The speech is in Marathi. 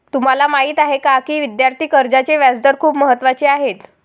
तुम्हाला माहीत आहे का की विद्यार्थी कर्जाचे व्याजदर खूप महत्त्वाचे आहेत?